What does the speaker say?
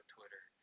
Twitter